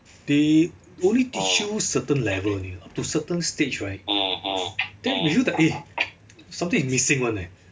they only issue certain level eh to certain stage right that you knew that eh something is missing [one] eh